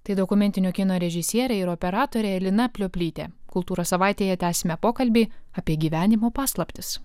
tai dokumentinio kino režisierė ir operatorė lina plioplytė kultūros savaitėje tęsime pokalbį apie gyvenimo paslaptis